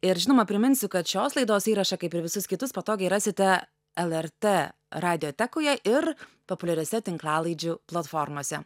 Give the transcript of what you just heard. ir žinoma priminsiu kad šios laidos įrašą kaip ir visus kitus patogiai rasite lrt radiotekoje ir populiariose tinklalaidžių platformose